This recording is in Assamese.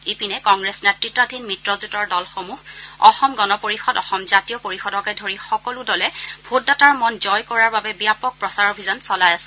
ইপিনে কংগ্ৰেছ নেতৃতাধীন মিত্ৰজোঁটৰ দলসমূহ অসম গণ পৰিয়দ অসম জাতীয় পৰিষদকে ধৰি সকলো দলে ভোটদাতাৰ মন জয় কৰাৰ বাবে ব্যাপক প্ৰচাৰ অভিযান চলাই আছে